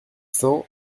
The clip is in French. cents